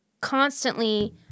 constantly